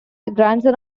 grandson